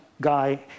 Guy